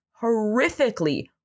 horrifically